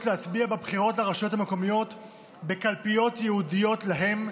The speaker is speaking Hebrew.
להצביע בבחירות לרשויות המקומיות בקלפיות ייעודיות להם,